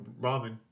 ramen